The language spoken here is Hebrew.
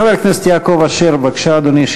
חבר הכנסת יעקב אשר, בבקשה, אדוני.